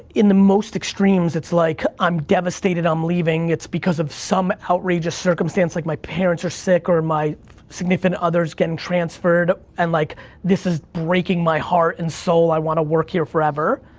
in the most extremes, it's like i'm devastated i'm leaving. it's because of some outrageous circumstance, like my parents are sick, or my significant other's getting transferred, and like, this is breaking my heart and soul. i wanna work here forever.